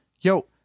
yo-